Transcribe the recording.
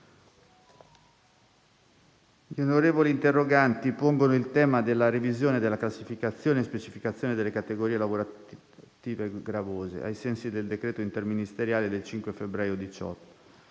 gli onorevoli interroganti pongono il tema della revisione, della classificazione e specificazione delle categorie lavorative gravose, ai sensi del decreto interministeriale del 5 febbraio 2018,